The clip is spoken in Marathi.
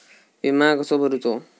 विमा कसो भरूचो?